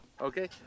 okay